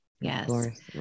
Yes